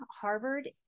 Harvard